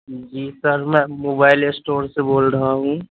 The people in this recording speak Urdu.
جی سر میں موبائل اسٹور سے بول رہا ہوں